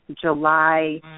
July